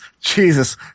Jesus